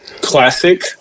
classic